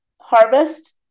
harvest